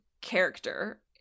character